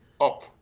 up